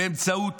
באמצעות